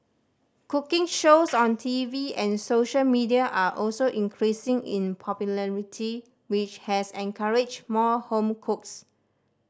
cooking shows on T V and social media are also increasing in popularity which has encouraged more home cooks